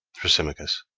thrasymachos.